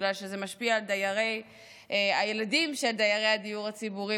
בגלל שזה משפיע על הילדים של דיירי הדיור הציבורי,